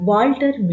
Walter